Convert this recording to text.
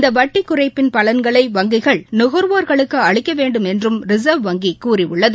இந்தவட்டிக் குறைப்பின் பலன்களை வங்கிகள் நுகாவோா்களுக்குஅளிக்கவேண்டுமென்றும் ரிசா்வ் வங்கிகூறியுள்ளது